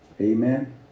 Amen